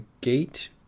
gate